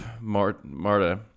Marta